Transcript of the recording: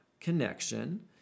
connection